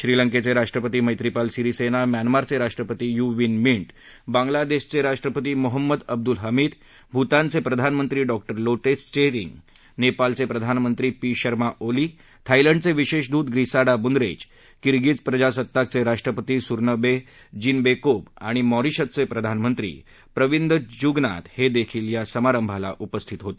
श्रीलंकेचे राष्ट्रपती मधीपाल सिरीसेना म्यामांचे राष्ट्रपती यू विन मिंट बांग्लादेश के राष्ट्रपती मोहम्मद अब्दुल हामिद भूटानचे प्रधानमंत्री डॉक्टर लोटे त्शेरिंग नेपालचे प्रधानमंत्रीचे पी शर्मा ओली थाईलैंडचे विशेष दूत प्रिसाडा बूनरेच किरगिज प्रजास्ताकचे राष्ट्रपती सूरोनबे जीनबेकोब आणि मारीशसचे प्रधानमंत्री प्रविन्द जुगनाथ हे देखील या समारंभाला उपस्थित होते